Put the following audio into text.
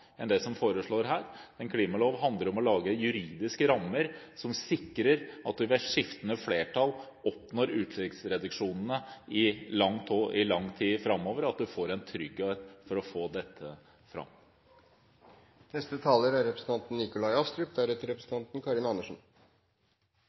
enn det som foreslås her. En klimalov handler om å lage juridiske rammer som sikrer at en ved skiftende flertall oppnår utslippsreduksjonene i lang tid framover, og at en får en trygghet for å få dette fram.